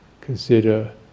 consider